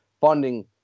funding